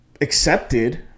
accepted